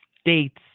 states